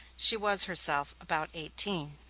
she was herself about eighteen.